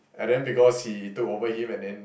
and then because he took over him and then